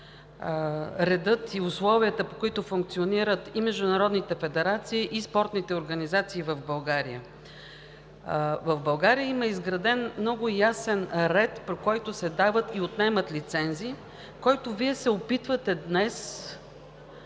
реда и условията, по които функционират международните федерации и спортните организации в България. В България има изграден много ясен ред, по който се дават и отнемат лицензи, който Вие се опитвате днес